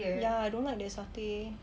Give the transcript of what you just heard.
ya I don't like their satay